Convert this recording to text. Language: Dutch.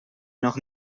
nog